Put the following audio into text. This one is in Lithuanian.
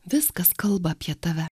viskas kalba apie tave